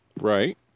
Right